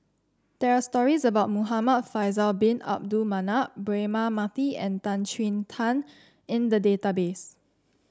there're stories about Muhamad Faisal Bin Abdul Manap Braema Mathi and Tan Chin Tuan in the database